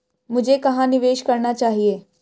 मुझे कहां निवेश करना चाहिए?